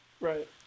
right